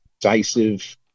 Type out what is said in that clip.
decisive